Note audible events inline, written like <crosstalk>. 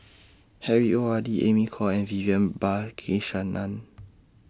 <noise> Harry ORD Amy Khor and Vivian Balakrishnan